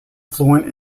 fluent